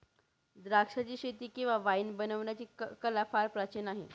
द्राक्षाचीशेती किंवा वाईन बनवण्याची कला फार प्राचीन आहे